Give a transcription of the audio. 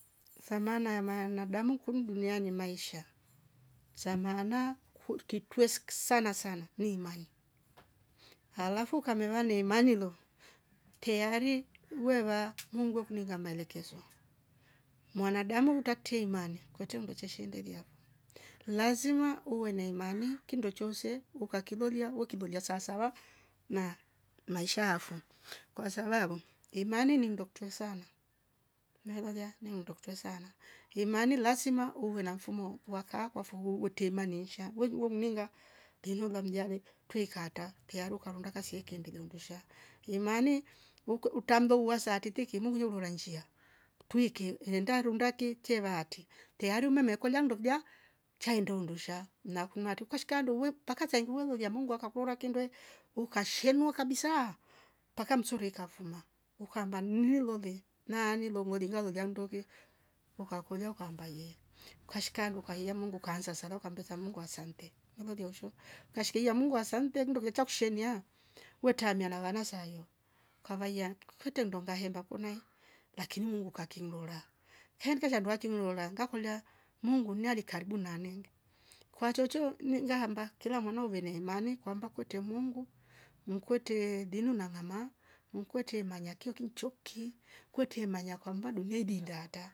Thamana ya mwanadamu kun duniani ni maisha samana kutitwesk sana ni mai alafu ukameva ni manilo teari hueva mungu akuninga maelekezo mwanadamu utateimane kwete undocho shendiliafo lazima uwe na imani kindo choose ukakilolia wekilolia saasawa na maisha afo kwasabau imani ni ndokutwe sana nalolia ni undokutwe sana, imani lazima wa mfumo wakaapa ufuhu utemainisha weu weumninga ili lomjiale tuikata teari ukarunda kasieke ndege undusha. imani uku utamloa satiti kimuvurojo nola njia tuki enda runda kiete tevate teari umemekolia nduvja chai ndoundusha na kunati kushka ndo uwe mpaka tai mololia mungu akakora kindoi ukashenua kabisa mpaka msurika kavuma ukamba nimilolie nani longa lolialindoke ukakolia ukamba ye. Kashika nduka ye mungu kaanza sana ukambeta mungu asante nililolia shoo kashkia mungu asante ndo kicha kushenia wtamia na wana saio ukavai kute ndonga hemba kunai lakini mungu kakindora henka shandua ti niolanga kulia mungu ne alikaribu na nenge kwa chocho nenga hamba kila mwana uve na imani kwamba kute mungu mkwete dinu na mama, mkwete manyakiokio mchooki, kwete imanya dunia inditata.